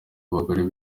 abagore